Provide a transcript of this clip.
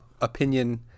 opinion